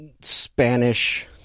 Spanish